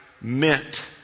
meant